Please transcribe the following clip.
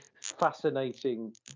fascinating